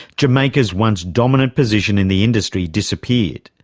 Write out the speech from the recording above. jamaica's once dominant position in the industry disappeared,